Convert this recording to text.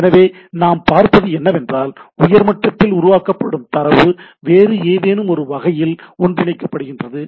எனவே நாம் பார்ப்பது என்னவென்றால் உயர் மட்டத்தில் உருவாக்கப்படும் தரவு வேறு ஏதேனும் ஒரு வகையில் ஒன்றிணைக்கப்படுகிறது